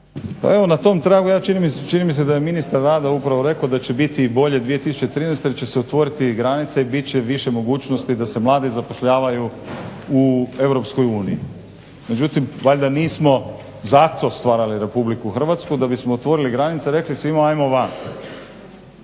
na tom tragu čini mi se da je ministar rada upravo rekao da će biti bolje 2013. jer će se otvoriti i granice i bit će više mogućnosti da se mladi zapošljavaju u Europskoj uniji, međutim valjda nismo zato stvarali Republiku Hrvatsku da bismo otvorili granice i rekli svima ajmo van.